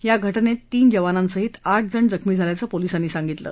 या घटनेत तीन जवानासहीत आठ जण जखमी झाल्याचं पोलिसांनी सांगितलं